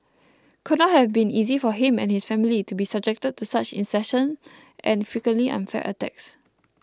could not have been easy for him and his family to be subjected to such incessant and frequently unfair attacks